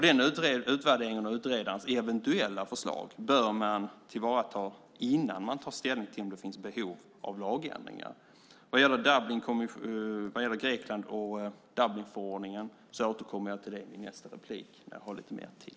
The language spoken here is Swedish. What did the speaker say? Den utvärderingen och utredarens eventuella förslag bör man tillvarata innan man tar ställning till om det finns behov av lagändringar. Vad gäller Grekland och Dublinförordningen återkommer jag till det i nästa replik när jag har lite mer tid.